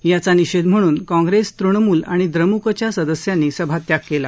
याचा निषेध म्हणून काँग्रेस तृणमूल आणि द्रमुकच्या सदस्यांनी सभात्याग केला